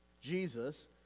Jesus